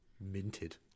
minted